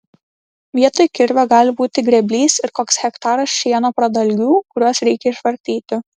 vietoj kirvio gali būti grėblys ir koks hektaras šieno pradalgių kuriuos reikia išvartyti